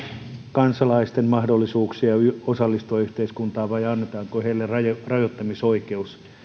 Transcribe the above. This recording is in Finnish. kansalaisten mahdollisuuksia osallistua yhteiskuntaan tai niin että annetaan heille rajoittamisoikeus